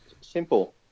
simple